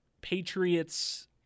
Patriots